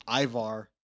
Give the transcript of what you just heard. Ivar